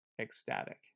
ecstatic